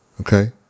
okay